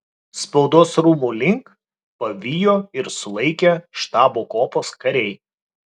spaudos rūmų link pavijo ir sulaikė štabo kuopos kariai